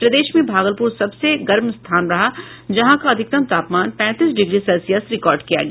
प्रदेश में भागलपुर सबसे गर्म स्थान रहा जहां का अधिकतम तापमान पैंतीस डिग्री सेल्सियस रिकॉर्ड किया गया